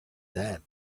that